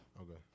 Okay